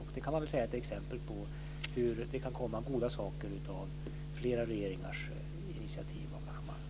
Man kan säga att det är ett exempel på hur det kan komma goda saker ur flera regeringars initiativ och engagemang.